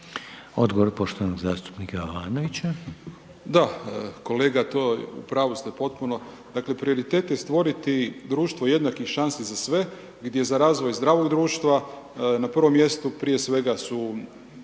**Jovanović, Željko (SDP)** Da, kolega to u pravu ste potpuno. Dakle, prioritet je stvoriti društvo jednakih šansi za sve, gdje za razvoj zdravog društva na prvom mjestu prije svega su